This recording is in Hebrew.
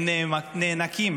הם נאנקים